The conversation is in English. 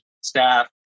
staff